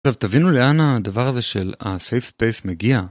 עכשיו תבינו לאן הדבר הזה של ה-safe space מגיע